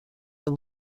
the